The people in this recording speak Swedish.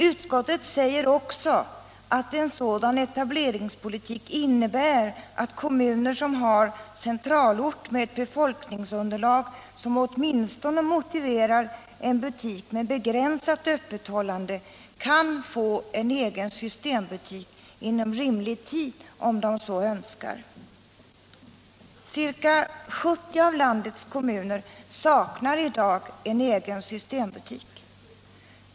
Utskottet säger också att en sådan etableringspolitik innebär att kommuner som har centralort med ett befolkningsunderlag som åtminstone motiverar en butik med begränsat öppethållande kan få en egen systembutik inom rimlig tid om de så önskar. Ca 70 av landets kommuner saknar i dag en egen systembutik.